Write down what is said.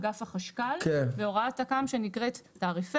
אגף החשק"ל והוראת תק"ם שנקראת "תעריפי